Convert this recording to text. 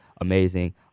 amazing